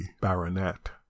baronet